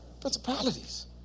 Principalities